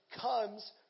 comes